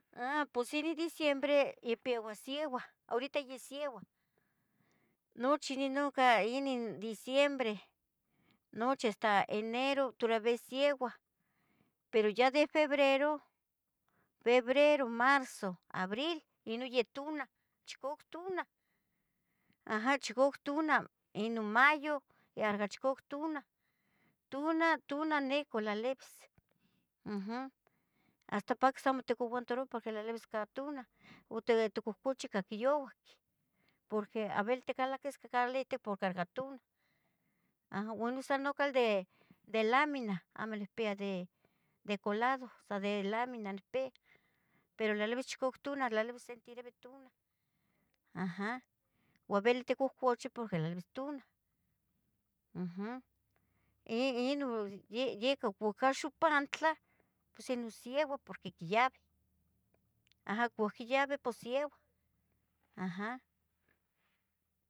A pos iri diciembre ya pieua sieua, horita ya sieua nochi ninunca inin diciembre, nochi hasta enero toravia sieua, pero ya de febrero, febrero, marzo, abril ino ya tunah, chicauac tunah, aha chicauac tunah, ino mayo yaha chicauac tunah, tunah tuna nicu lalibis, uhm, hasta paquis amotcaguantaroua porqui lalibisca tunah, o te ticuhcuchi ca quiyauac, amo bilis itcalaquis calihtic porque cah ca tunah, aha, ua noh sa nucal de, de lamina amo nicpia de de colado sa de laminina nicpia, pero lalibis chicauac tunah, lalibis sentiribi tunah, aha, amo bili itcucuchi porque lalisca tunah iiino icu ya cah xupantlah pos ino sieua poqui quiyabi, aha, cuac quiyabi pos sieua, aha.